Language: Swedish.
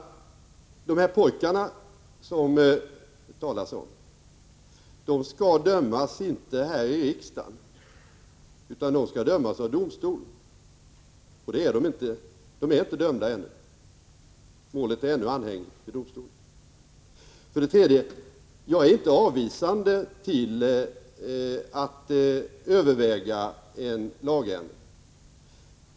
De här pojkarna som det talas om skall inte dömas här i riksdagen, utan de skall dömas av domstol. De är inte dömda ännu. Målet är ännu anhängigt inför domstol. 3. Jag är inte avvisande till att överväga en lagändring.